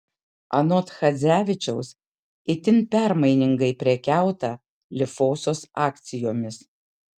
anot chadzevičiaus itin permainingai prekiauta lifosos akcijomis